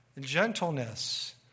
gentleness